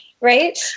right